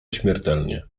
śmiertelnie